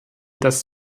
das